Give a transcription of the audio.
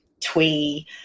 twee